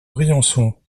briançon